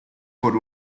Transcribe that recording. por